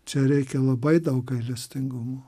čia reikia labai daug gailestingumo